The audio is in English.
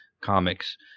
comics